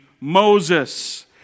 Moses